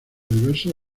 diversos